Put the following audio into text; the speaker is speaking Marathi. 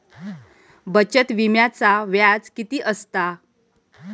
बचत विम्याचा व्याज किती असता?